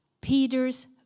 Peter's